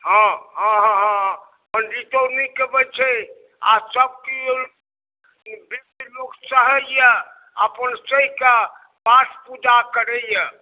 हाँ हाँ हाँ हाँ पण्डितो नीक अबै छै आओर सभकेओ बेसी लोक सहैए अपन सहिकऽ पाठ पूजा करैए